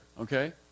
okay